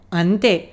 ante